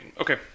okay